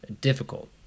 difficult